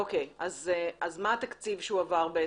אוקיי, אז מה התקציב שהועבר?